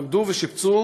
עמדו ושיפצו